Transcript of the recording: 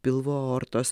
pilvo aortos